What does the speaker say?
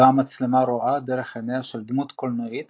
בה המצלמה "רואה" דרך עיניה של דמות קולנועית